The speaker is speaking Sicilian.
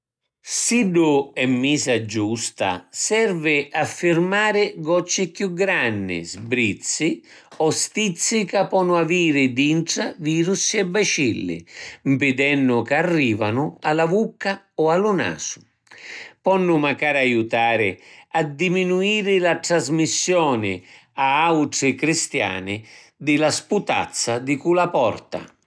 Siddu è misa giusta, servi a firmari gocci chiù granni, sbrizzi o stizzi ca ponnu aviri dintra virussi e bacilli, mpidennu ca arrivunu a la vucca o a lu nasu. Ponnu macari aiutari a diminuiri la trasmissioni a autri cristiani di la sputazza di cu la porta.